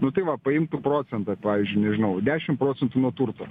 nu tai va paimtų procentą pavyzdžiui nežinau dešim procentų nuo turto